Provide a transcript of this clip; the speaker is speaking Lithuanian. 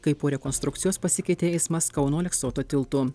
kaip po rekonstrukcijos pasikeitė eismas kauno aleksoto tiltu